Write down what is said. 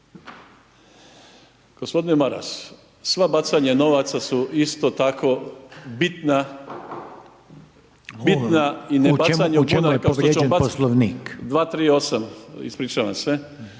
Gospodine Maras, sva bacanja novaca su isto tako bitna … …/Upadica Reiner: U čemu je povrijeđen Poslovnik?/… 238., ispričavam se.